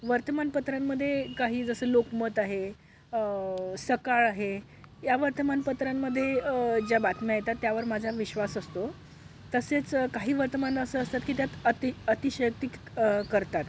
वर्तमानपत्रांमध्ये काही जसं लोकमत आहे सकाळ आहे या वर्तमानपत्रांमध्ये ज्या बातम्या येतात त्यावर माझा विश्वास असतो तसेच काही वर्तमान असं असतात की त्यात अति अतिशयोक्ती क करतात